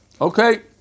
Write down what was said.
Okay